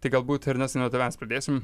tai galbūt ernestai nuo tavęs pradėsim